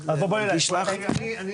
לשמוע.